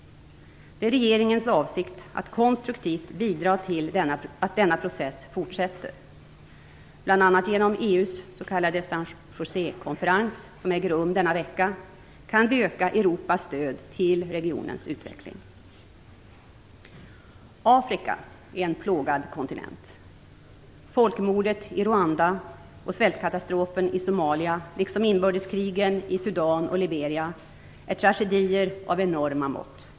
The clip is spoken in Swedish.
Det är regeringens avsikt att konstruktivt bidra till att denna process fortsätter. Bl.a. genom EU:s s.k. San Josékonferens, som äger rum denna vecka, kan vi öka Afrika är en plågad kontinent. Folkmordet i Rwanda och svältkatastrofen i Somalia, liksom inbördeskrigen i Sudan och Liberia är tragedier av enorma mått.